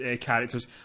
characters